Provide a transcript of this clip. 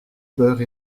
beurre